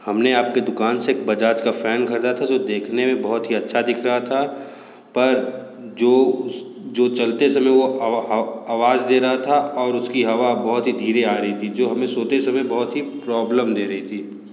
हम ने आप की दुकान से एक बजाज का फ़ैन ख़रीदा था जो देखने में बहुत ही अच्छा दिख रहा था पर जो उस जो चलते समय वो आवाज़ दे रहा था और उसकी हवा बहुत ही धीरे आ री थी जो हमें सोते समय बहुत ही प्रॉब्लम दे रही थी